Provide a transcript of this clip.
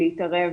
באמת להתערב